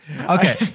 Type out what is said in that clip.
Okay